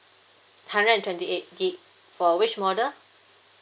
hundred and twenty eight gigabyte for which model